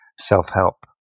self-help